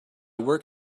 work